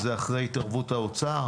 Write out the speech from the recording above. אחרי התערבות האוצר,